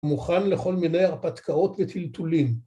‫מוכן לכל מיני הרפתקאות וטילטולים.